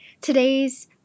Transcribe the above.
Today's